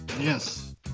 Yes